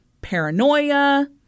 paranoia